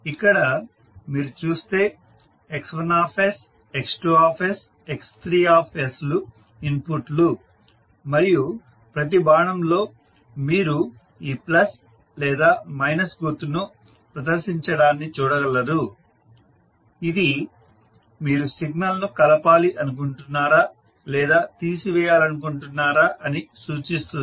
ఇక్కడ మీరు చూస్తే X1 X2 X3S లు ఇన్పుట్లు మరియు ప్రతి బాణంలో మీరు ఈ ప్లస్ లేదా మైనస్ గుర్తును ప్రదర్శించడాన్ని చూడగలరు ఇది మీరు సిగ్నల్ ను కలపాలి అనుకుంటున్నారా లేదా తీసివేయాలనుకుంటున్నారా అని సూచిస్తుంది